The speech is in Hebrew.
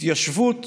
התיישבות